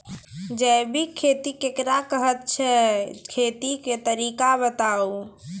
जैबिक खेती केकरा कहैत छै, खेतीक तरीका बताऊ?